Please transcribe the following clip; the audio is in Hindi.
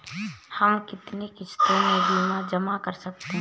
हम कितनी किश्तों में बीमा जमा कर सकते हैं?